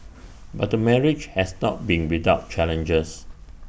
but the marriage has not been without challenges